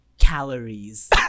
calories